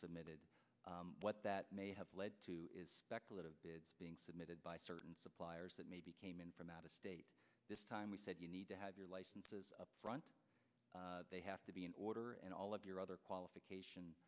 submitted what that may have led to is speculative being submitted by certain suppliers that maybe came in from out of state this time we said you need to have your licenses upfront they have to be in order and all of your other qualification